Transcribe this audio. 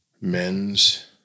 Men's